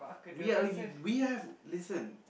we are you we have listen